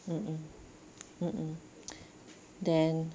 mm mm mm mm then